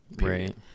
Right